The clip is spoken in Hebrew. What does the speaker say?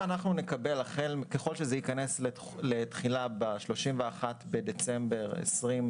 ככל שזה ייכנס לתוקף החל ב-31 בדצמבר 2022